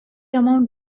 amount